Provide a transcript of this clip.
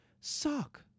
suck